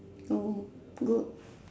oh good